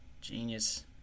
Genius